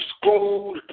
school